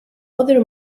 other